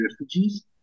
refugees